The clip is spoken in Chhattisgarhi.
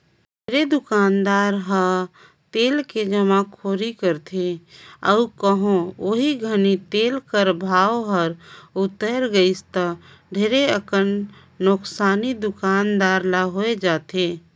ढेरे दुकानदार ह तेल के जमाखोरी करथे अउ कहों ओही घनी तेल कर भाव हर उतेर गइस ता ढेरे अकन नोसकानी दुकानदार ल होए जाथे